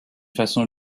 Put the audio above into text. façon